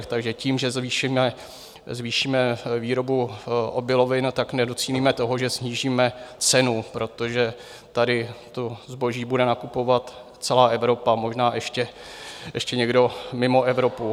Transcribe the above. Takže tím, že zvýšíme výrobu obilovin, nedocílíme toho, že snížíme cenu, protože tady to zboží bude nakupovat celá Evropa, možná ještě někdo mimo Evropu.